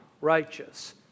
righteous